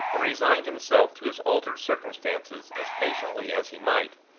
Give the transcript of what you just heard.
and resigned himself to his altered circumstances as patiently as he might,